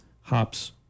hops